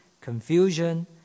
confusion